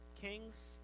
kings